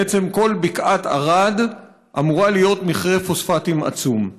בעצם כל בקעת ערד אמורה להיות מכרה פוספטים עצום.